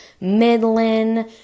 Midland